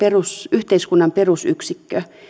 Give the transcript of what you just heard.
yhteiskunnan perusyksikkö